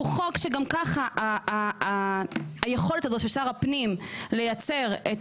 הוא חוק שגם ככה היכולת הזאת של שר הפנים לייצר את